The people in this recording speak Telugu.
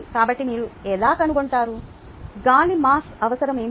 కాబట్టి మీరు ఎలా కనుగొంటారు గాలి మాస్ అవసరం ఏమిటి